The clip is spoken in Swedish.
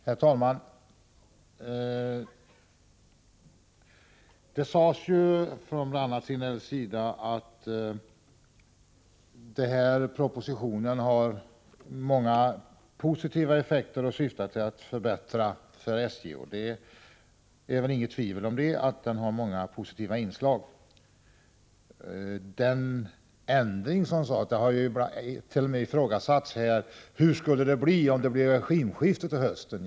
Herr talman! Det har sagts bl.a. av Sven-Gösta Signell att förslagen i propositionen får många positiva effekter och att de syftar till att förbättra situationen för SJ. Ja, det är väl inget tvivel om att det finns många positiva inslag. Här har t.o.m. frågats: Hur skulle det bli om vi får ett regimskifte till hösten?